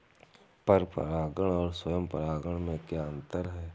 पर परागण और स्वयं परागण में क्या अंतर है?